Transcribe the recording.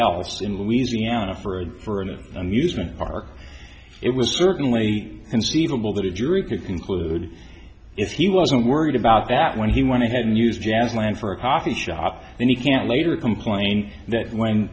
else in louisiana for a for an amusement park it was certainly conceivable that a jury could conclude if he wasn't worried about that when he went ahead and use jazz land for a coffee shop then he can't later complain that when